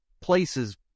places